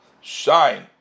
shine